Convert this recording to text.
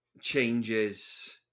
changes